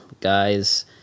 guys